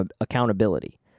accountability